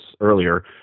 earlier